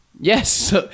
Yes